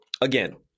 Again